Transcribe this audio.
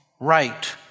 right